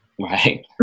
right